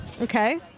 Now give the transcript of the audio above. Okay